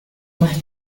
más